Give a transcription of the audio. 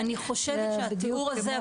אני חושבת שהתיאור הזה,